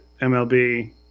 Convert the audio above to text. MLB